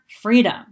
freedom